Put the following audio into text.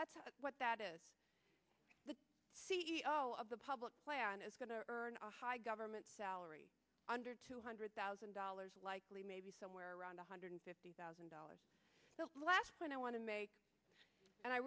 that's what that is the c e o of the public plan is going to earn a high government salary under two hundred thousand dollars likely maybe somewhere around one hundred fifty thousand dollars the last point i want to make and i